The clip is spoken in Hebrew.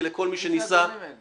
לכל מי שניסה --- מי זה האדונים האלה?